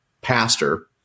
pastor